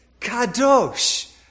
Kadosh